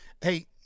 hey